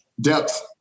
depth